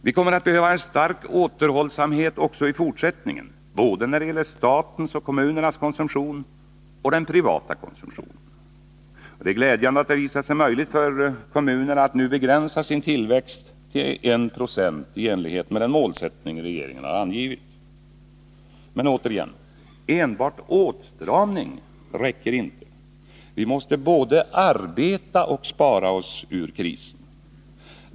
Vi kommer att behöva en stark återhållsamhet också i fortsättningen, både när det gäller statens och kommunernas konsumtion och i fråga om den privata konsumtionen. Det är glädjande att det visat sig möjligt för kommunerna att nu begränsa sin tillväxt till 196 i enlighet med den målsättning regeringen angivit. Men enbart åtstramning räcker inte. Vi måste både arbeta och spara oss ur krisen.